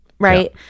Right